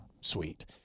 sweet